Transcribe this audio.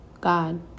God